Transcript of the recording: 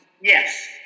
Yes